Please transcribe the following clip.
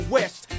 West